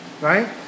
right